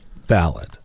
valid